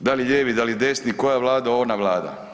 da li lijevi, da li desni, koja vlada, ona vlada.